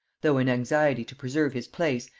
though an anxiety to preserve his place,